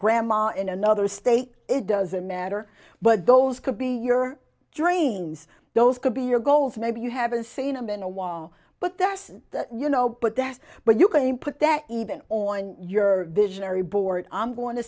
grandma in another state it doesn't matter but those could be your dreams those could be your goals maybe you haven't seen them in a while but that's you know but that's but you can put that even on your visionary board i'm going to